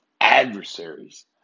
adversaries